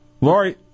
Lori